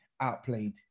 outplayed